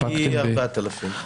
כ-4,000.